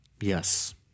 Yes